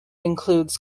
includes